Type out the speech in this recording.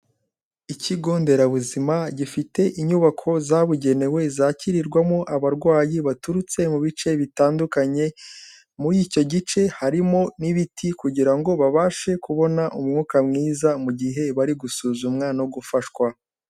Ikigo nderabuzima gifite inyubako zabugenewe zakirirwamo abarwayi baturutse mu bice bitandukanye, muri icyo gice harimo n'ibiti kugira ngo babashe kubona umwuka mwiza mu gihe bari gusuzumwa no gufashwa.